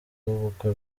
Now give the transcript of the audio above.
w’ubukwe